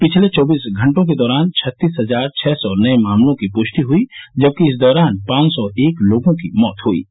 पिछले चौबीस घंटों के दौरान छत्तीस हजार छह सौ नए मामलों की पुष्टि हुई है जबकि इस दौरान पांच सौ एक लोगों की मौत हुई है